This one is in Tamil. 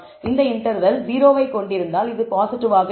இந்த இண்டெர்வெல் 0 ஐ கொண்டிருந்தால் இது பாசிட்டிவாக இருக்கும்